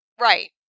right